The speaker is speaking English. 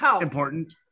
important